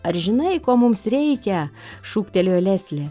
ar žinai ko mums reikia šūktelėjo leslė